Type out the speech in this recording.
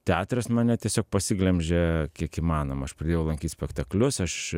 teatras mane tiesiog pasiglemžė kiek įmanoma aš pradėjau lankyt spektaklius aš